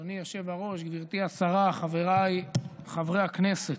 אדוני היושב-ראש, גברתי השרה, חבריי חברי הכנסת,